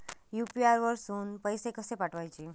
UPI वरसून पैसे कसे पाठवचे?